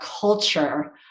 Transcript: culture